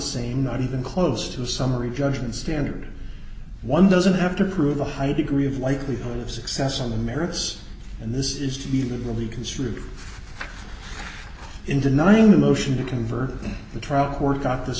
same not even close to the summary judgment standard one doesn't have to prove a high degree of likelihood of success on the merits and this is to be that will be construed in denying the motion to convert the trial work out this